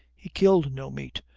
he killed no meat,